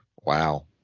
Wow